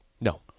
No